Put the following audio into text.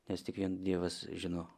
nes tik vien dievas žino